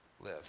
live